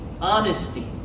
honesty